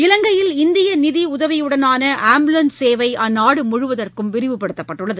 இலங்கையில் இந்திய நிதியுதவியுடனாள ஆம்புலன்ஸ் சேவை அந்நாடு முழுவதற்கும் விரிவுபடுத்தப்பட்டுள்ளது